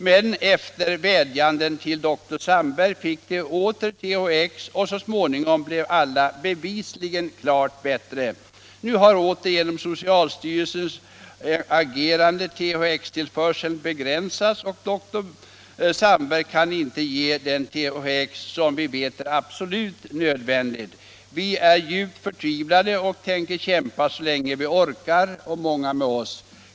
Men efter vädjande till dr Sandberg fick de åter THX och så småningom blev alla bevisligen klart bättre. Nu har åter genom Socialstyrelsens agerande THX tillförseln begränsats och Dr Sandberg kan inte ge den THX som vi vet är absolut nödvändig. Vi är djupt förtvivlade och tänker kämpa så länge vi orkar — och många med oss.